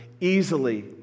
easily